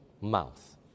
mouth